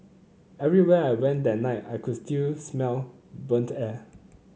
everywhere I went that night I could still smell burnt air